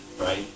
right